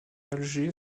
alger